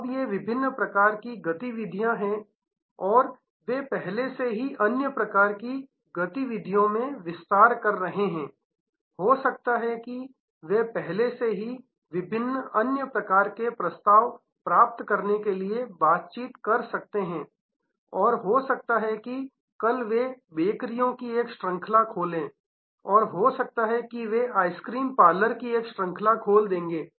अब ये विभिन्न प्रकार की गतिविधियाँ हैं और वे पहले से ही अन्य प्रकार की गतिविधियों में विस्तार कर रहे हैं हो सकता है कि वे पहले से ही विभिन्न अन्य प्रकार के प्रस्ताव प्राप्त करने के लिए बातचीत कर सकते हैं हो सकता है कि कल वे बेकरियों की एक श्रृंखला खोलें हो सकता है कि वे आइसक्रीम पार्लर की एक श्रृंखला को खोल देंगे